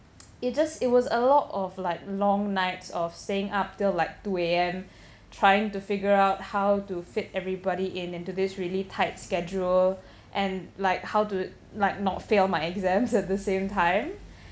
it just it was a lot of like long nights of staying up till like two A_M trying to figure out how to fit everybody in into this really tight schedule and like how to like not fail my exams at the same time